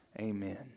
Amen